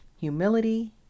humility